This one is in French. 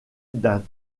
d’un